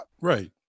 Right